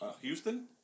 Houston